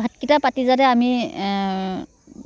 ভাতকেইটা পাতি যাতে আমি